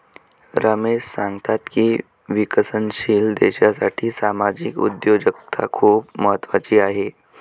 रमेश सांगतात की विकसनशील देशासाठी सामाजिक उद्योजकता खूप महत्त्वाची आहे